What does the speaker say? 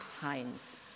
times